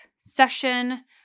session